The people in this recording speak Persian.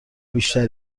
بیشتر